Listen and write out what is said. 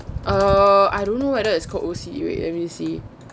err I don't know whether it's called O C wait let me see